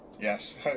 Yes